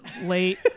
late